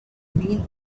been